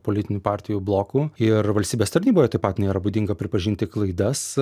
politinių partijų blokų ir valstybės tarnyboje taip pat nėra būdinga pripažinti klaidas